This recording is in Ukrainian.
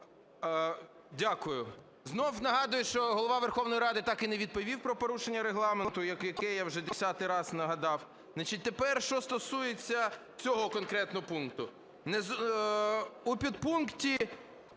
Дякую. Знов нагадую, що Голова Верховної Ради так і не відповів про порушення Регламенту, про яке я вже десятий раз нагадав. Тепер що стосується цього конкретного пункту.